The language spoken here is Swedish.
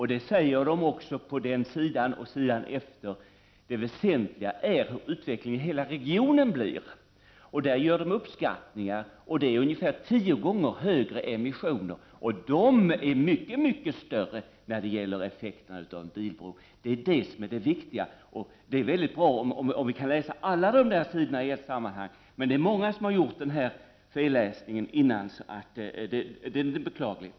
Men, säger delegationen på den sidan och på sidan efter, det väsentliga är hur utvecklingen i hela regionen blir. Där gör utredarna uppskattningar och kommer till ungefär tio gånger större emissioner med en bilbro. Detta är det viktiga, och det är väldigt bra om vi kan läsa alla sidorna i ett sammanhang, men många har gjort den felläsning som jag nämnde, och det är beklagligt.